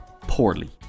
poorly